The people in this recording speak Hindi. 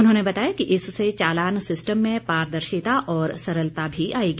उन्होने बताया कि इससे चालान सिस्टम में पारदर्शिता और सरलता भी आएगी